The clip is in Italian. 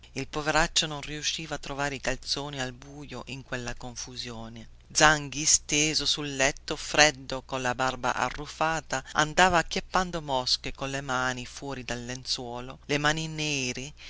il poveraccio non riusciva a trovare i calzoni al buio in quella confusione zanghi steso sul letto freddo colla barba arruffata andava acchiappando mosche colle mani fuori del lenzuolo le mani nere